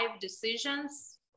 decisions